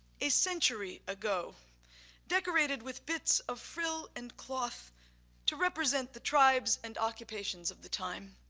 a century ago decorated with bits of frill and cloth to represent the tribes and occupations of the time.